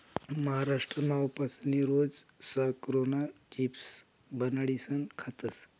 महाराष्ट्रमा उपासनी रोज साकरुना चिप्स बनाडीसन खातस